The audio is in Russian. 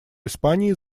испании